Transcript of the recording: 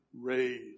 raised